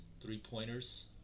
three-pointers